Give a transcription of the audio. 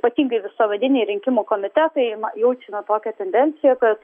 ypatingai visuomeniniai rinkimų komitetai na jaučiame tokią tendenciją kad